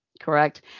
Correct